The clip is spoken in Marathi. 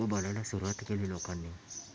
बोलायला सुरुवात केली लोकांनी